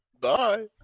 Bye